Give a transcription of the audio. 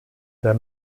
der